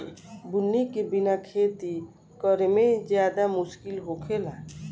बुनी के बिना खेती करेमे ज्यादे मुस्किल होखेला